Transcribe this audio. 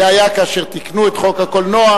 זה היה כאשר תיקנו את חוק הקולנוע.